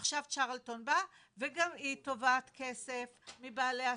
עכשיו צ'רלטון בא וגם היא תובעת כסף מבעלי העסקים.